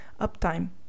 uptime